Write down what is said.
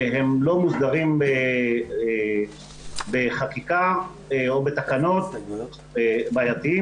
שהם לא מוסדרים בחקיקה או בתקנות, זה דבר בעייתי.